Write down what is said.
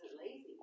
lazy